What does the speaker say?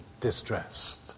distressed